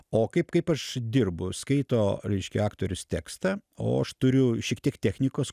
o kaip kaip aš dirbu skaito reiškia aktorius tekstą o aš turiu šiek tiek technikos